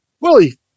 Willie